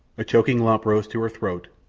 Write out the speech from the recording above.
a choking lump rose to her throat,